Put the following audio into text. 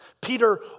Peter